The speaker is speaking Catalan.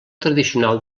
tradicional